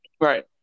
Right